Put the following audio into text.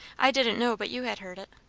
i didn't know but you had heard it.